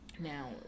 Now